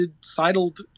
sidled